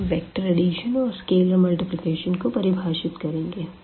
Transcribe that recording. अब हम vector addition और स्केलर मल्टीप्लिकेशन को परिभाषित करेंगे